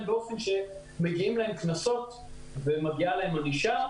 באופן שמגיעים להם קנסות ומגיעה להם ענישה,